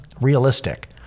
realistic